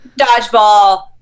Dodgeball